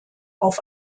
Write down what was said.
auf